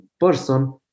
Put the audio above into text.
person